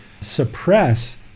suppress